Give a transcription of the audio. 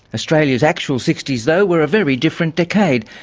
australia's actual sixty s though were a very different decade.